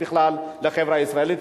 בכלל לחברה הישראלית.